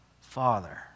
father